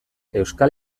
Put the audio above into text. euskal